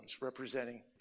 representing